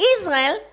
Israel